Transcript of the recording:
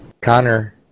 Connor